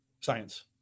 science